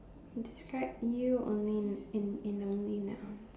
describe you only in in only nouns